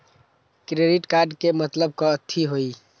Credit card के मतलब कथी होई?